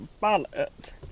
ballot